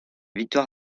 victoire